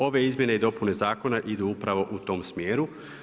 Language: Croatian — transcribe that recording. Ove izmjene i dopune zakona idu upravo u tom smjeru.